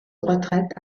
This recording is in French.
retraite